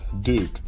Duke